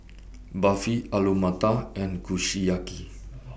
Barfi Alu Matar and Kushiyaki